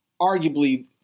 arguably